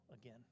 again